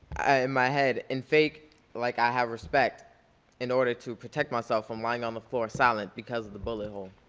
i hang my head in fake like i have respect in order to protect myself from lying on the floor silent because of the bullet hole.